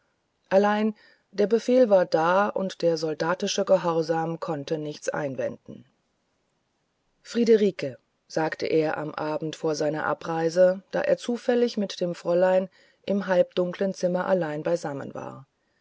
allein der befehl war da und der soldatische gehorsam konnte nichts einwenden friederike sagte er am abend vor seiner abreise da er zufällig mit dem fräulein im halbdunkeln zimmer allein beisammen war